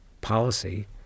policy